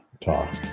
talk